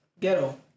ghetto